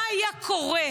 מה היה קורה.